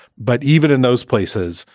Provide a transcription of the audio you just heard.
but even in those places,